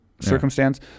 circumstance